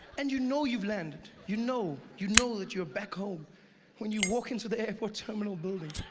and you know you've landed, you know you know that your back home when you walk into the airport terminal building.